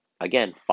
Again